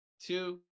Two